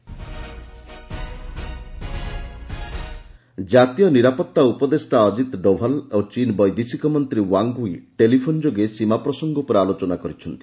Doval Wang Yi talk ଜାତୀୟ ନିରାପତ୍ତା ଉପଦେଷ୍ଟା ଅଜିତ୍ ଡୋଭାଲ୍ ଓ ଚୀନ୍ ବୈଦେଶିକ ମନ୍ତ୍ରୀ ୱାଙ୍ଗ୍ ୟି ଟେଲିଫୋନ୍ ଯୋଗେ ସୀମା ପ୍ରସଙ୍ଗ ଉପରେ ଆଲୋଚନା କରିଛନ୍ତି